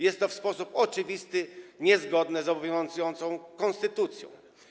Jest to w sposób oczywisty niezgodne z obowiązującą konstytucją.